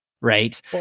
right